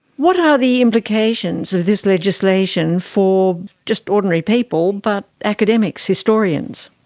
what are the implications of this legislation for just ordinarily people but academics, historians?